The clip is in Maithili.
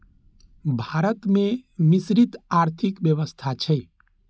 भारत मे मिश्रित आर्थिक व्यवस्था छै